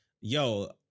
yo